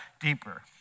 deeper